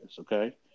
okay